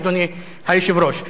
אדוני היושב-ראש.